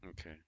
Okay